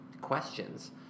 questions